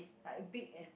like big and